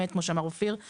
כמו שאמר אופיר,